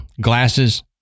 Glasses